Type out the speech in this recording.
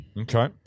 Okay